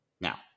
Now